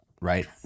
right